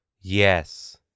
Yes